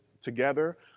together